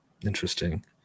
Interesting